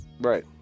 Right